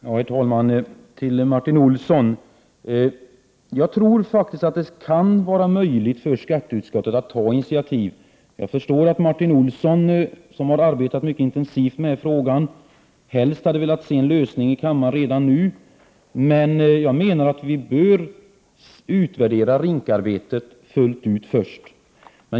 Herr talman! Jag vill till Martin Olsson säga att jag faktiskt tror att det kan vara möjligt för skatteutskottet att ta initiativ i den här frågan. Jag förstår att Martin Olsson, som har arbetat mycket intensivt med denna fråga, helst velat se en lösning här i kammaren redan nu. Men jag menar att vi först bör utvärdera RINK:s arbete fullt ut.